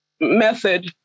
method